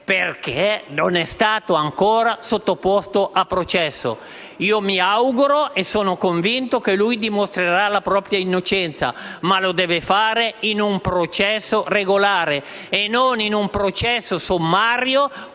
perché non è stato ancora sottoposto a processo. Io mi auguro, e ne sono convinto, che lui dimostri la propria innocenza, ma lo deve fare in un processo regolare e non in un processo sommario,